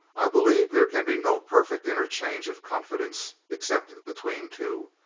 i believe there can be no perfect interchange of confidence except between two.